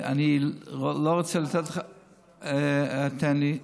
אני לא רוצה לתת לך, תן לי.